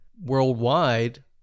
worldwide